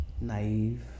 naive